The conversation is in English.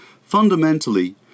Fundamentally